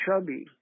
chubby